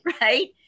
Right